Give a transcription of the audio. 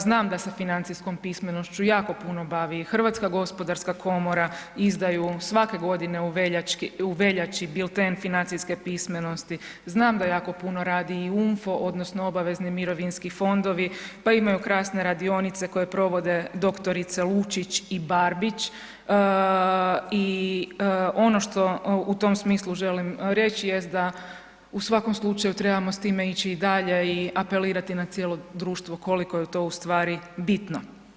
Znam da se financijskom pismenošću jako puno bavi i Hrvatska gospodarska komora, izdaju svake godine u veljači bilten financijske pismenosti, znam da jako puno radi i UMFO, odnosno obavezni mirovinski fondovi, pa imaju krasne radionice koje provede dr. Lučić i Barbić i ono što u tom smislu želim reći je to da u svakom slučaju trebamo s time ići i dalje i apelirati na cijelo društvo koliko je to ustvari bitno.